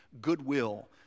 goodwill